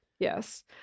Yes